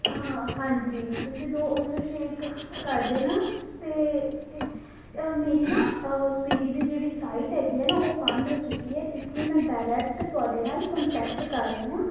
ਹਾਂ ਹਾਂਜੀ ਤੁਸੀਂ ਦੋ ਓਰੀਓ ਸ਼ੇਕ ਕਰ ਦੇਣਾ ਅਤੇ ਮੇਰੀ ਨਾ ਸਵਿਗੀ ਦੀ ਜਿਹੜੀ ਸਾਈਟ ਹੈਗੀ ਆ ਨਾ ਉਹ ਬੰਦ ਹੋ ਚੁੱਕੀ ਹੈ ਇਸ ਲਈ ਮੈਂ ਡਾਇਰੈਕਟ ਤੁਹਾਡੇ ਨਾਲ ਕੋਂਟੈਕਟ ਕਰ ਰਹੀ ਹਾਂ